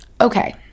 Okay